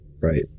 Right